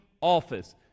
office